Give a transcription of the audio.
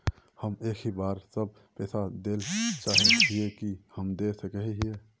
हम एक ही बार सब पैसा देल चाहे हिये की हम दे सके हीये?